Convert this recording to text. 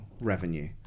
revenue